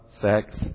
Sex